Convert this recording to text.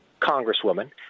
congresswoman